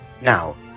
Now